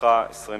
לרשותך 20 דקות.